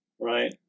right